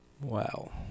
Wow